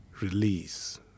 release